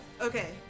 okay